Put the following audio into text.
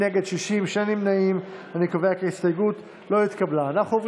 ההסתייגות (74)